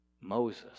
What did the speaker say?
Moses